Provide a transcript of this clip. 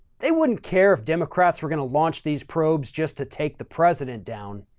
they wouldn't care if democrats were going to launch these probes just to take the president down.